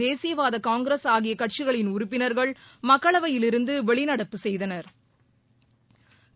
தேசியவாதகாங்கிரஸ் ஆகியகட்சிகளின் உறுப்பினர்கள் மக்களவையில் இருந்துவெளிநடப்பு செய்தனா்